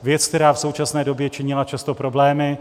Věc, která v současné době činila často problémy;